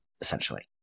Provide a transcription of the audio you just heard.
essentially